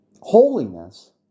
holiness